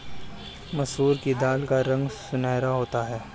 मसूर की दाल का रंग सुनहरा होता है